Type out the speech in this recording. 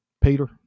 Peter